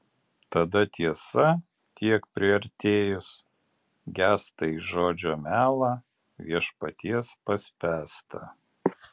tada tiesa tiek priartėjus gęsta į žodžio melą viešpaties paspęstą